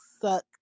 Suck